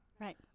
Right